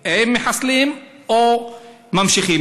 אם מחסלים או ממשיכים.